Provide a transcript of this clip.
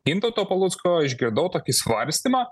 gintauto palucko išgirdau tokį svarstymą